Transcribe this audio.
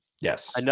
Yes